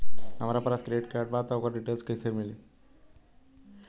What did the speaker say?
हमरा पास credit card बा त ओकर डिटेल्स कइसे मिली?